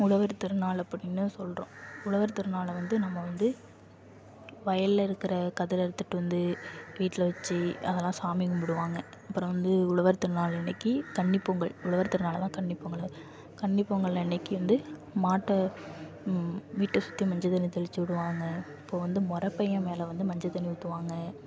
உழவர் திருநாள் அப்படின்னு சொல்கிறோம் உழவர் திருநாளை வந்து நம்ம வந்து வயல்லருக்குற கதிரை அறுத்துட்டு வந்து வீட்டில் வச்சு அதெல்லாம் சாமி கும்பிடுவாங்க அப்புறம் வந்து உழவர் திருநாள் அன்னைக்கு கன்னிப்பொங்கல் உழவர் திருநாளைதான் கன்னிப்பொங்கல் கன்னிப்பொங்கல் அன்னைக்கு வந்து மாட்டை வீட்டை சுற்றி மஞ்சள் தண்ணி தெளிச்சிடுவாங்க இப்போ வந்து முறப்பையன் மேலே வந்து மஞ்சத்தண்ணி ஊற்றுவாங்க